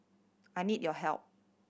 I need your help